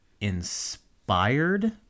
inspired